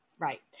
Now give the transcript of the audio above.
Right